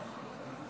אנו